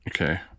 okay